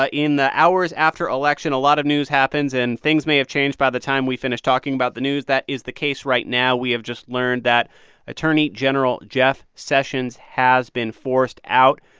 ah in the hours after election, a lot of news happens, and things may have changed by the time we finish talking about the news that is the case right now. we have just learned that attorney general jeff sessions has been forced out.